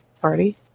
party